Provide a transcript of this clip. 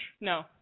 No